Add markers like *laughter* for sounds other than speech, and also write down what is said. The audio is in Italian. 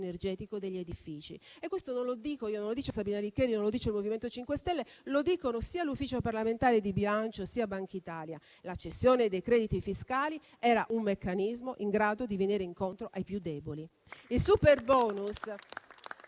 energetico degli edifici e questo non lo dice Sabrina Licheri, non lo dice il MoVimento 5 Stelle, ma lo dicono sia l'Ufficio parlamentare di bilancio, sia Bankitalia: la cessione dei crediti fiscali era un meccanismo in grado di venire incontro ai più deboli. *applause*